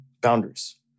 boundaries